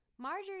Marjorie